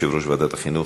יושב-ראש ועדת החינוך.